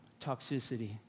toxicity